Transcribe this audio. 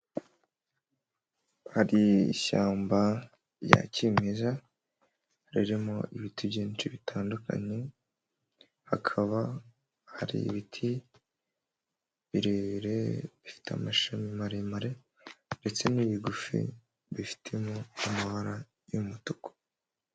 Hari ishyamba rya kimeza ririmo ibiti byinshi bitandukanye, hakaba hari ibiti birebire bifite amashami maremare ndetse n'ibigufi bifitemo amabara y'umutuku.